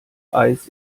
eis